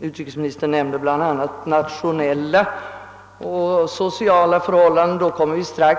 Utrikesministern nämnde bla. att nationella och sociala förhållanden ligger bakom konflikten i Vietnam.